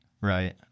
Right